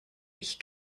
ich